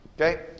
Okay